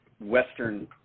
western